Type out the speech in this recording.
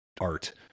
art